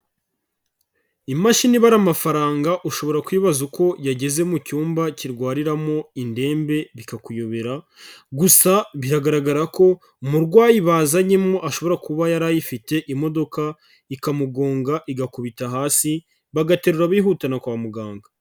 Imashini iba ari amafaranga ushobora kwibaza uko yageze mu cyumba kirwariramo indembe bikakuyobera, gusa biragaragara ko umurwayi bazanyemo ashobora kuba yari ayifite imodoka ikamugonga igakubita hasi, bagaterura bihutana kwa muganga.